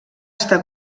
està